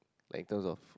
like in terms of